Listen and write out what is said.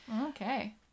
Okay